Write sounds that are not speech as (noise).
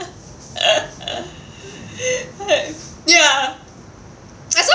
(laughs) ya I so